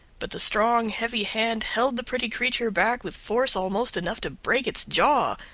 but the strong, heavy hand held the pretty creature back with force almost enough to break its jaw,